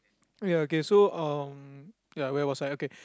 ya okay so uh ya where was I okay